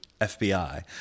FBI